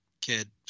kid